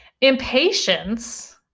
Impatience